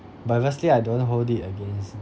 but honestly I don't hold it against